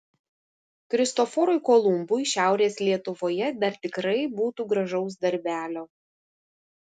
kristoforui kolumbui šiaurės lietuvoje dar tikrai būtų gražaus darbelio